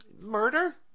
murder